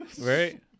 Right